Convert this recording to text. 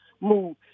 move